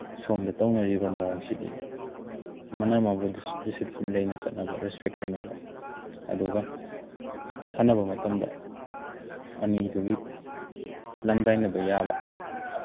ꯁꯣꯝꯗ ꯇꯧꯅꯔꯤꯕ ꯃꯑꯣꯡꯁꯤꯗꯤ ꯑꯃꯅ ꯑꯃꯕꯨ ꯗꯤꯁꯤꯄ꯭ꯂꯤꯟ ꯂꯩꯅ ꯆꯠꯅꯕ ꯔꯦꯁꯄꯦꯛ ꯇꯧꯅꯕ ꯑꯗꯨꯒ ꯁꯥꯟꯅꯕ ꯃꯇꯝꯗ ꯑꯅꯤꯗꯨꯒꯤ ꯂꯪꯗꯥꯏꯅꯕ ꯌꯥꯕ